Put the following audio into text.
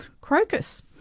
crocus